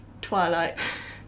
Twilight